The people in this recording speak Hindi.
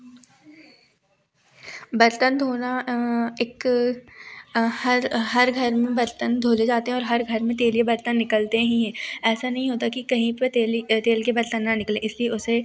बर्तन धोना एक हर हर घर में बर्तन धुले जाते हैं और हर घर में तेलीय बर्तन निकलते ही हैं ऐसा नहीं होता कि कहीं पर तेली तेल के बर्तन ना निकलें इसलिए उसे